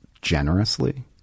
generously